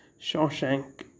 Shawshank